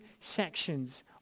sections